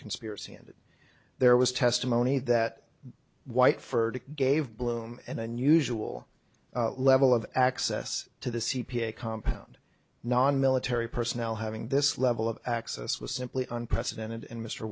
conspiracy and there was testimony that white furred gave blum an unusual level of access to the c p a compound non military personnel having this level of access was simply unprecedented in mr